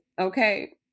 okay